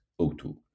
O2